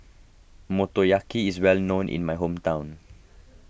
Motoyaki is well known in my hometown